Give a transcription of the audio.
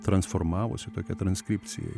transformavosi tokia transkripcija